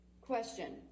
Question